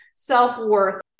self-worth